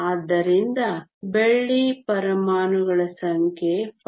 ಆದ್ದರಿಂದ ಬೆಳ್ಳಿ ಪರಮಾಣುಗಳ ಸಂಖ್ಯೆ 5